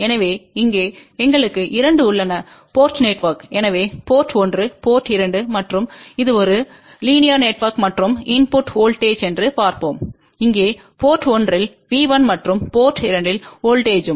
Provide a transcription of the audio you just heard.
எனவே இங்கே எங்களுக்கு இரண்டு உள்ளன போர்ட் நெட்வொர்க் எனவே போர்ட் 1 போர்ட் 2 மற்றும் இது ஒரு லீனியர் நெட்வொர்க் மற்றும் இன்புட் வோல்ட்டேஜ் என்று பார்ப்போம் இங்கே போர்ட் 1 இல் V1மற்றும் போர்ட் 2 வோல்ட்டேஜ்ம் V2